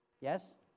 Yes